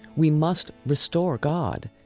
we must restore god.